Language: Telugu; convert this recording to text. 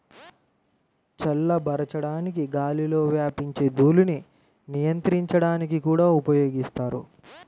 చల్లబరచడానికి గాలిలో వ్యాపించే ధూళిని నియంత్రించడానికి కూడా ఉపయోగిస్తారు